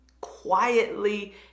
quietly